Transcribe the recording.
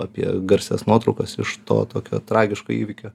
apie garsias nuotraukas iš to tokio tragiško įvykio